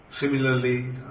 Similarly